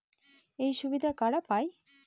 এই সুবিধা কারা পায়?